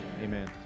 Amen